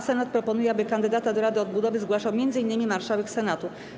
Senat proponuje, aby kandydata do Rady Odbudowy zgłaszał m.in. marszałek Senatu.